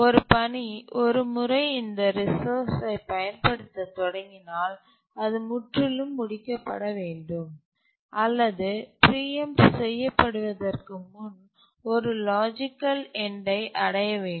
ஒரு பணி ஒரு முறை இந்த ரிசோர்ஸ்சை பயன்படுத்தத் தொடங்கினால் அது முற்றிலும் முடிக்கப்பட வேண்டும் அல்லது பிரீஎம்ட்ட செய்ய படுவதற்கு முன் ஒரு லாஜிக்கல் என்டை அடையவேண்டும்